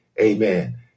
Amen